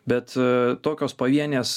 bet tokios pavienės